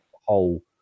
Whole